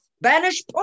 banish